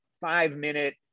five-minute